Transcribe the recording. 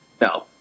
No